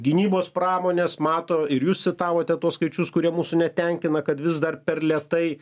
gynybos pramonės mato ir jūs citavote tuos skaičius kurie mūsų netenkina kad vis dar per lėtai